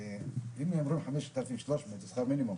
אם אמרו ש-5,300 זה שכר מינימום,